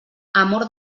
amor